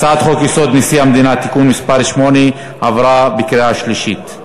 הצעת חוק-יסוד: נשיא המדינה (תיקון מס' 8) עברה בקריאה שלישית.